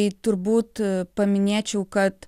tai turbūt paminėčiau kad